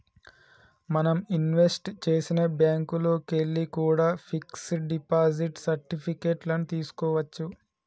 మనం ఇన్వెస్ట్ చేసిన బ్యేంకుల్లోకెల్లి కూడా పిక్స్ డిపాజిట్ సర్టిఫికెట్ లను తీస్కోవచ్చు